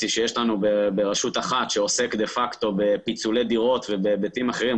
שיש לנו ברשות אחת שעוסק דה פקטו בפיצולי דירות ובהיבטים אחרים,